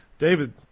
David